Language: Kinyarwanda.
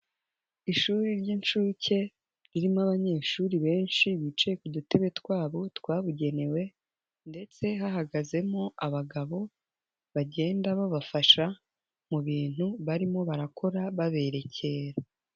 Ishuri ry'inshuke ririmo abanyeshuri benshi bicaye ku dutebe twabo twabugenewe ndetse hahagazemo abagabo bagenda babafasha mu bintu barimo barakora baberekera.